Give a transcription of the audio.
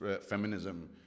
feminism